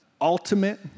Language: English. ultimate